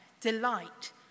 delight